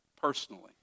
Personally